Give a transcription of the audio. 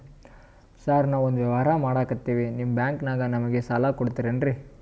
Sir ನಾವು ಒಂದು ವ್ಯವಹಾರ ಮಾಡಕ್ತಿವಿ ನಿಮ್ಮ ಬ್ಯಾಂಕನಾಗ ನಮಿಗೆ ಸಾಲ ಕೊಡ್ತಿರೇನ್ರಿ?